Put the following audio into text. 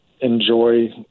enjoy